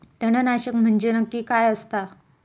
तणनाशक म्हंजे नक्की काय असता?